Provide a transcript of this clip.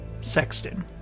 Sexton